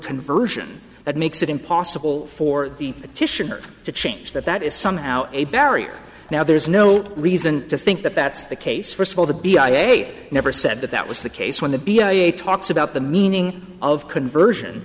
conversion that makes it impossible for the titian or to change that that is somehow a barrier now there's no reason to think that that's the case first of all to be i may never said that that was the case when the b a a talks about the meaning of conversion